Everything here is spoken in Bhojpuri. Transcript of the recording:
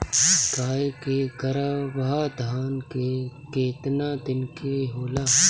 गाय के गरभाधान केतना दिन के होला?